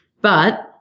But-